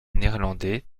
néerlandais